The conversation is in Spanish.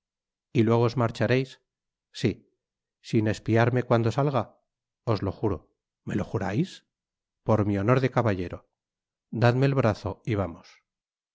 y luego os marchareis sí sin espiarme cuando salga os lo juro me lo jurais por mi honor de cabaltero dadme el brazo y vamos